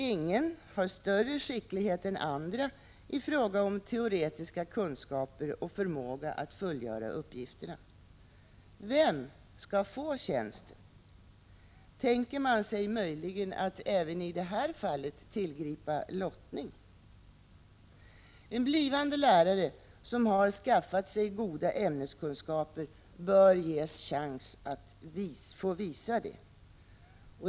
Ingen har större skicklighet än andra i fråga om teoretiska kunskaper och förmåga att fullgöra uppgifterna. Vem skall få tjänsten? Tänker man sig möjligen att även i det här fallet tillgripa lottning? En blivande lärare, som har skaffat sig goda ämneskunskaper, bör ges chans att få visa det.